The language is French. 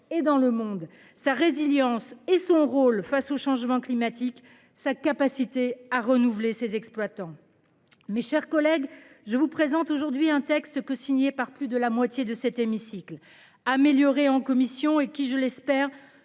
et dans le monde sa résilience et son rôle face au changement climatique, sa capacité à renouveler ses exploitants. Mes chers collègues, je vous présente aujourd'hui un texte cosigné par plus de la moto. C'est de cet hémicycle améliorer en commission et qui je l'espère